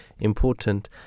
important